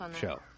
show